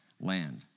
land